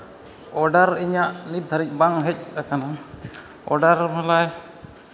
order ᱤᱧᱟᱹᱜ ᱱᱤᱛ ᱫᱷᱟᱹᱨᱤᱡ ᱵᱟᱝ ᱦᱮᱡ ᱟᱠᱟᱱᱟ ᱚᱰᱟᱨ ᱦᱚᱸ ᱦᱚᱞᱟᱭ